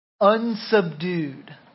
unsubdued